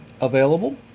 available